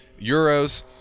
euros